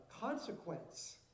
consequence